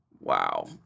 Wow